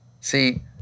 See